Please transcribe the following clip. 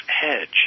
hedge